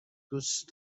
دوست